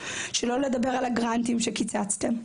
שלא לדבר על הגרנטים שקיצצתם.